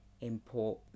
import